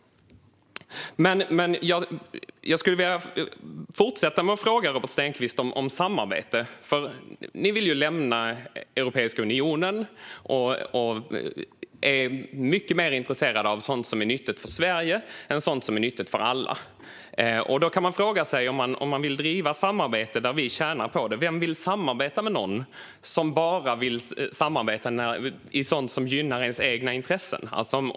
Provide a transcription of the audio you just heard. Jag skulle vilja fortsätta att fråga Robert Stenkvist om samarbete. Ni vill ju lämna Europeiska unionen och är mycket mer intresserade av sådant som är nyttigt för Sverige än sådant som är nyttigt för alla. Då kan man fråga sig: Vem vill samarbeta med någon som bara vill samarbeta i sådant som gynnar deras egna intressen?